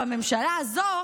בממשלה הזו,